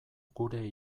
gure